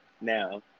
now